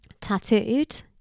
tattooed